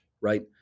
right